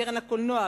קרן הקולנוע,